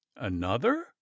Another